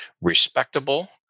respectable